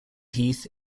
heath